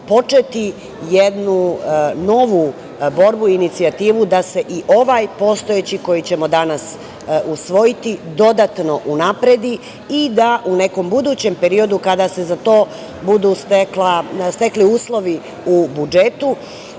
početi jednu novu borbu, inicijativu da se i ovaj postojeći koji ćemo danas usvojiti, dodatno unapredi, i da u nekom budućem periodu kada se za to budu stekli uslovi u budžetu,